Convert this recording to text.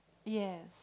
yes